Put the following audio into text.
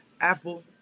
Apple